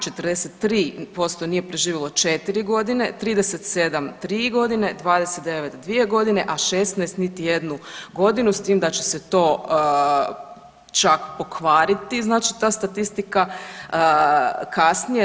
43% nije preživjelo 4 godine, 37 tri godine, 29 dvije godine, a 16 niti jednu godinu s tim da će se to čak pokvariti, znači ta statistika kasnije.